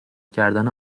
کردن